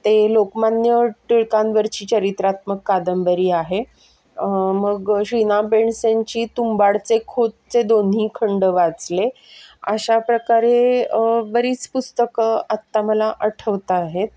ते लोकमान्य टिळकांवरची चरित्रात्मक कादंबरी आहे मग श्रीना पेंडसेंची तुंबाडचे खोतचे दोन्ही खंड वाचले अशा प्रकारे बरीच पुस्तकं आत्ता मला आठवत आहेत